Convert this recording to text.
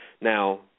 Now